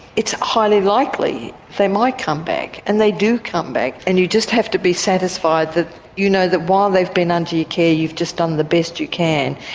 it's highly likely they might come back, and they do come back, and you just have to be satisfied that you know that while they've been under your care you've just done the best you can.